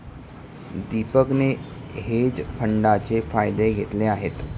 दीपकने हेज फंडाचे फायदे घेतले आहेत